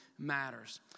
matters